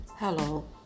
Hello